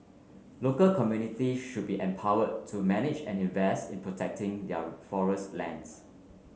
local communities should be empowered to manage and invest in protecting their forest lands